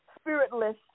spiritless